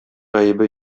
гаебе